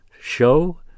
show